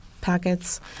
packets